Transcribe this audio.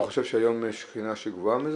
אתה חושב שהיום יש בחינה שהיא גבוהה מזה?